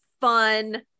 fun